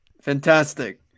fantastic